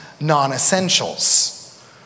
non-essentials